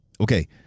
Okay